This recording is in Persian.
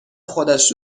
خودش